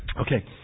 Okay